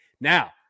Now